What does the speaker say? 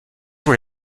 were